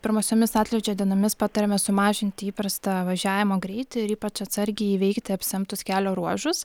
pirmosiomis atlydžio dienomis patariame sumažinti įprastą važiavimo greitį ir ypač atsargiai įveikti apsemtus kelio ruožus